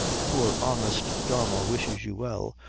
poor honest donnel wishes you well,